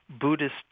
Buddhist